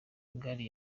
gari